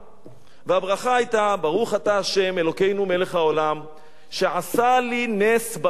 והברכה היתה: ברוך אתה ה' אלוקינו מלך העולם שעשה לי נס במקום הזה.